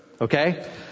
Okay